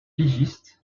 pigiste